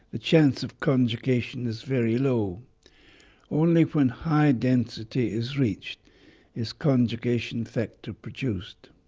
the chance of conjugation is very low only when high density is reached is conjugation factor produced.